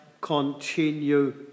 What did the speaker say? continue